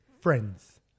Friends